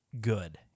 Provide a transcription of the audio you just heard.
good